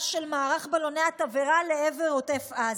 של מערך בלוני התבערה לעבר עוטף עזה.